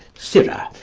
sirrah,